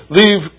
leave